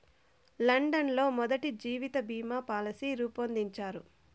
London లో మొదటి జీవిత బీమా పాలసీ రూపొందించారు